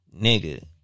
Nigga